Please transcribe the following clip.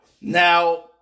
Now